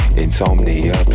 insomnia